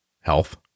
health